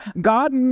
God